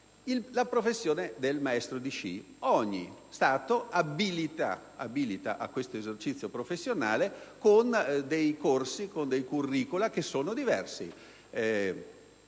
alla professione del maestro di sci. Ogni Stato abilita a questo esercizio professionale con dei corsi, con dei *curricula* che sono diversi